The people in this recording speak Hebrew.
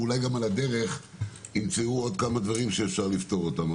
ואולי גם על הדרך ימצאו עוד כמה דברים שאפשר לפתור אותם.